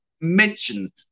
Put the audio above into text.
mention